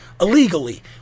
illegally